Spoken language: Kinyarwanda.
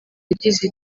yagize